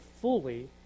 fully